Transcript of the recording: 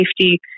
safety